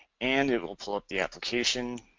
and it will pull up the application.